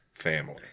family